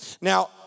Now